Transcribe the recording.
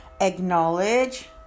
acknowledge